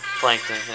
Plankton